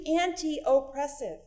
anti-oppressive